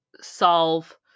solve